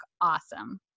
awesome